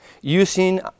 using